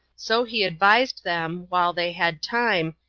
so he advised them, while they had time,